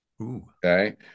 Okay